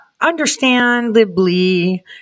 understandably